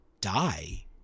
Die